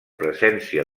presència